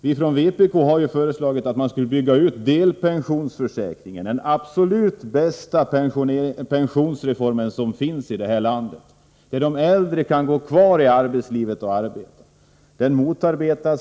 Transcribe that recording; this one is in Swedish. Vi från vpk har föreslagit att man skulle bygga ut delpensionsförsäkringen, den absolut bästa pensionsreform som genomförts i det här landet. Då skulle de äldre kunna vara kvar i arbetslivet och arbeta.